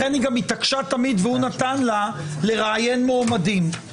לכן היא גם התעקשה תמיד לראיין מועמדים והוא נתן לה.